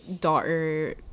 daughter